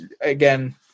again